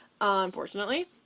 unfortunately